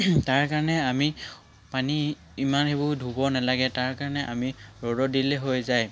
তাৰ কাৰণে আমি পানী ইমান সেইবোৰ ধুব নেলাগে তাৰ কাৰণে আমি ৰ'দত দিলে হৈ যায়